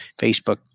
Facebook